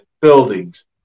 buildings